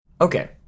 Okay